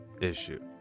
issue